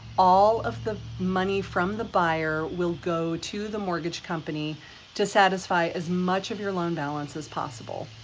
all of the money from the buyer will go to the mortgage company to satisfy as much of your loan balance as possible.